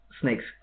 snakes